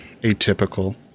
atypical